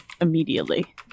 immediately